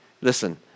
Listen